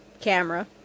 camera